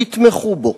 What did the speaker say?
יתמכו בו,